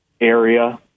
area